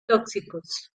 tóxicos